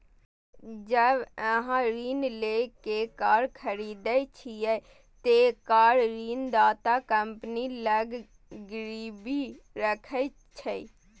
जब अहां ऋण लए कए कार खरीदै छियै, ते कार ऋणदाता कंपनी लग गिरवी रहै छै